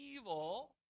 evil